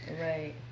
right